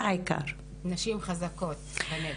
נשים חזקות בנגב.